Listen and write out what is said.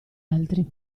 altri